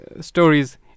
stories